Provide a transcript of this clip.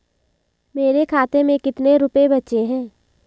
मेरे खाते में कितने रुपये बचे हैं?